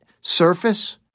surface